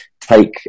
take